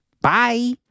Bye